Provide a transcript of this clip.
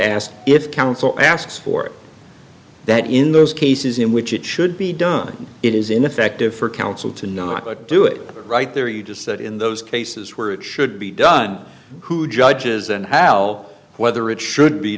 ask if counsel asks for that in those cases in which it should be done it is ineffective for counsel to not do it right there you just said in those cases where it should be done who judges and al whether it should be